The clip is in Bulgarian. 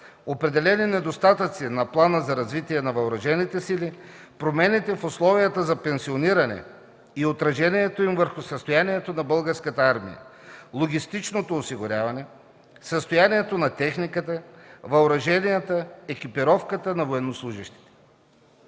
определени недостатъци на Плана за развитие на Въоръжените сили, промените в условията за пенсиониране и отражението им върху състоянието на Българската армия, логистичното осигуряване, състоянието на техниката, въоръженията, екипировката на военнослужещите.